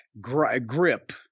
grip